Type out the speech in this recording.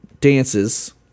dances